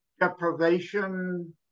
deprivation